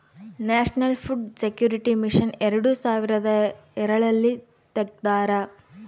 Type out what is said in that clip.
national food security mission ಎರಡು ಸಾವಿರದ ಎಳರಲ್ಲಿ ತೆಗ್ದಾರ